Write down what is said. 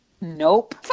nope